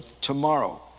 tomorrow